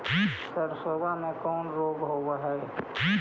सरसोबा मे कौन रोग्बा होबय है?